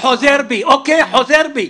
חוזר בי, אוקיי, חוזר בי.